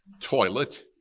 toilet